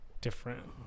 different